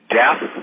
death